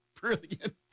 Brilliant